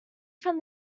from